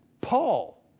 Paul